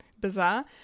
bizarre